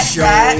Show